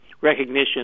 recognition